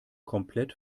komplett